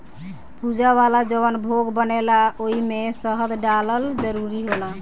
पूजा वाला जवन भोग बनेला ओइमे शहद डालल जरूरी होला